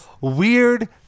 Weird